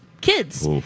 kids